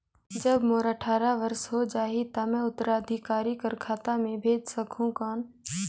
जब मोर अट्ठारह वर्ष हो जाहि ता मैं उत्तराधिकारी कर खाता मे भेज सकहुं कौन?